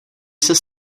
ses